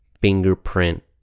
fingerprint